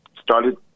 started